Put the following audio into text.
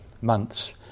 months